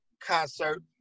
concert